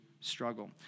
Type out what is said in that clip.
struggle